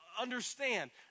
understand